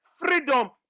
freedom